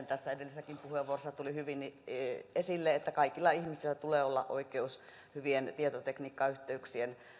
tässä edellisissäkin puheenvuoroissa tuli hyvin esille että kaikilla ihmisillä tulee olla oikeus olla hyvien tietotekniikkayhteyksien